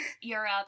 Europe